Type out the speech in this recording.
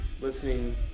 listening